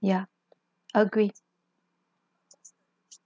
ya agree